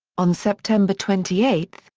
on september twenty eight,